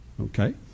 Okay